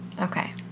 Okay